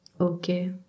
Okay